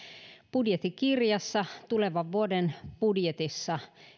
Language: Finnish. budjettikirjassa tulevan vuoden budjetissa